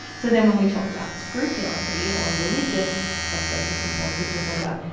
so then when we talk about scrupulosity or religious obsessive-compulsive disorder,